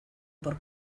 por